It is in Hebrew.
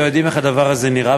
לא יודעים איך הדבר הזה נראה,